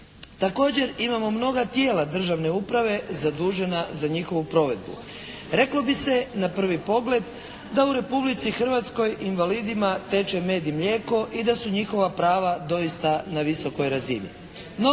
Također imamo mnoga tijela državne uprave zadužena za njihovu provedbu. Reklo bi se na prvi pogled da u Republici Hrvatskoj invalidima teče med i mlijeko i da su njihova prava odista na visokoj razini.